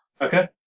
Okay